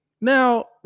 Now